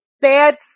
bad